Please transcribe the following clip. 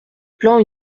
plan